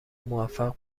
موفق